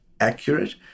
accurate